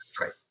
Right